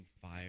fire